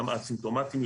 גם אסימפטומטיים,